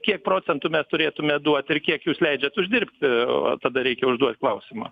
kiek procentų mes turėtume duot ir kiek jūs leidžiat uždirbti tada reikia užduot klausimą